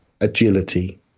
agility